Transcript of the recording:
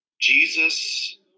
Jesus